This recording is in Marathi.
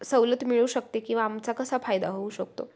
सवलत मिळू शकते किंवा आमचा कसा फायदा होऊ शकतो